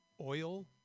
oil